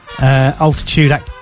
altitude